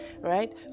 right